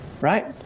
right